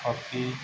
hockey